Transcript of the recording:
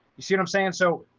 you see what i'm saying. so